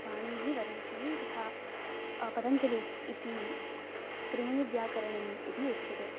पाणिनिः वररुचिः तथा पतञ्जलिः इति इति त्रिमुनिव्याकरणम् इति उच्यते